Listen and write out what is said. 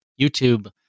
YouTube